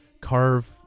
carve